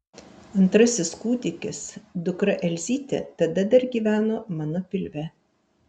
antrasis kūdikis dukra elzytė tada dar gyveno mano pilve